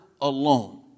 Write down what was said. alone